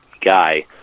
guy